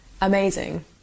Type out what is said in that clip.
amazing